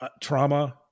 trauma